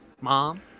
Mom